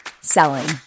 selling